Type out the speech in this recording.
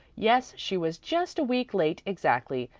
yes, she was just a week late exactly.